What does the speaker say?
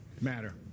matter